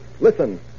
Listen